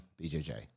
BJJ